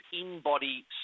in-body